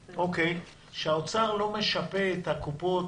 שהאוצר לא משפה את הקופות,